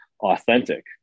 authentic